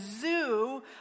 zoo